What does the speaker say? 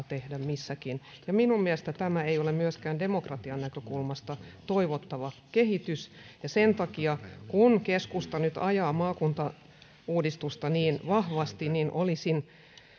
tehdä missäkin minun mielestäni tämä ei ole myöskään demokratian näkökulmasta toivottava kehitys ja sen takia kun keskusta nyt ajaa maakuntauudistusta niin vahvasti olisin